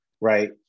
Right